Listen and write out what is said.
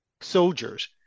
soldiers